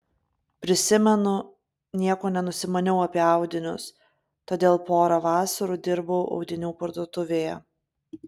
prisimenu nieko nenusimaniau apie audinius todėl porą vasarų dirbau audinių parduotuvėje